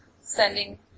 sending